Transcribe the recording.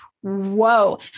whoa